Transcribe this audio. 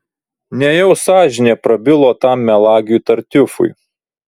nejau sąžinė prabilo tam melagiui tartiufui